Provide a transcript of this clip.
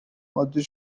عادی